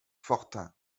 fortin